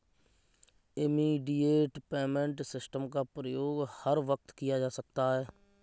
immediate payment system का प्रयोग हर वक्त किया जा सकता है